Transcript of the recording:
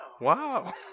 Wow